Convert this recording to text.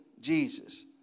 Jesus